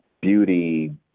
beauty